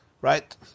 right